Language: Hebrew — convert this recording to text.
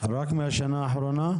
רק מהשנה האחרונה?